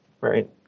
Right